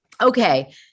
okay